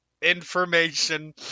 information